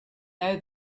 know